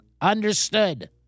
Understood